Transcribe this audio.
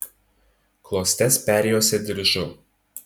klostes perjuosė diržu